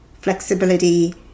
flexibility